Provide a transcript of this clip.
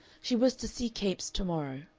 she was to see capes to-morrow,